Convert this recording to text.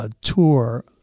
tour